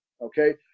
Okay